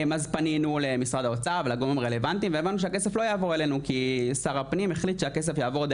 אז פנינו למשרד האוצר ולגורמים הרלוונטיים והבנו שהכסף לא יעבור אלינו,